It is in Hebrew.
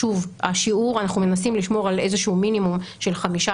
אנחנו מנסים לשמור על איזשהו מינימום של חמישה